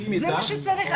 זה מה שצריך,